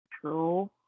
True